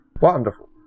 wonderful